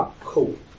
cool